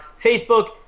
Facebook